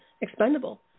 expendable